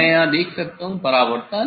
मैं यहां देख सकता हूं परावर्तन